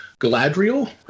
Galadriel